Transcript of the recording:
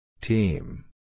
Team